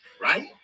right